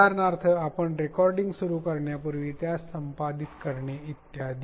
उदाहरणार्थ आपण रेकॉर्डिंग सुरू करण्यापूर्वी त्यास संपादित करणे इत्यादी